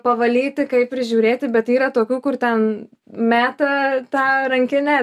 pavalyti kaip prižiūrėti bet yra tokių kur ten meta tą rankinę